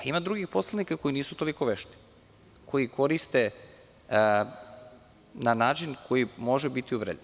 Ima drugih poslanika koji nisu toliko vešti, koji koriste na način koji može biti uvredljiv.